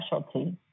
specialty